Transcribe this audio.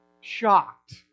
Shocked